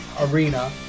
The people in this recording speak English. Arena